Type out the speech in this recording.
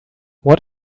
what